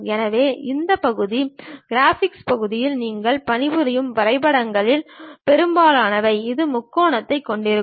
எனவே இந்த பகுதி கிராபிக்ஸ் பகுதியில் நீங்கள் பணிபுரியும் வரைபடங்களில் பெரும்பாலானவை ஒரு முக்கோணத்தைக் கொண்டிருக்கும்